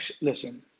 Listen